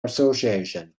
association